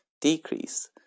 decrease